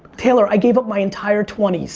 taylor, i gave up my entire twenty s.